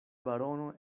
barono